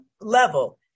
level